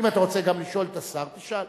אם אתה רוצה גם לשאול את השר, תשאל.